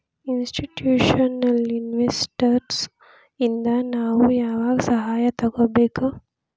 Institutional investors ಇಂದಾ ನಾವು ಯಾವಾಗ್ ಸಹಾಯಾ ತಗೊಬೇಕು?